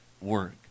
work